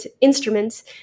instruments